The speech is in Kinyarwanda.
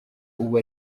ubu